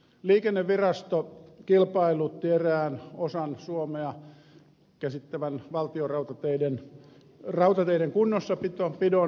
liikennevirasto kilpailutti erään osan suomea käsittävän valtionrautateiden rautateiden kunnossapidon viime kesänä